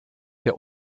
der